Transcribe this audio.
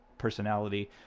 personality